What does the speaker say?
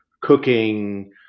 cooking